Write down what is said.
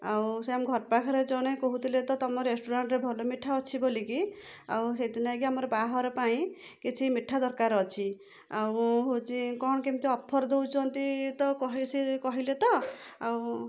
ଆଉ ସେ ଆମ ଘର ପାଖରେ ଜଣେ କହୁଥିଲେ ତ ତମ ରେଷ୍ଟୁରାଣ୍ଟରେ ଭଲ ମିଠା ଅଛି ବୋଲିକି ଆଉ ସେଥିନାଗି ଆମର ବାହାଘର ପାଇଁ କିଛି ମିଠା ଦରକାର ଅଛି ଆଉ ହଉଛି କ'ଣ କେମିତି ଅଫର ଦଉଛନ୍ତି ତ ସେ କହିଲେ କହିଲେ ତ ଆଉ